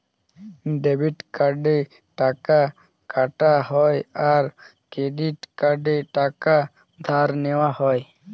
debit কার্ডে টাকা কাটা হয় আর ক্রেডিট কার্ডে টাকা ধার নেওয়া হয়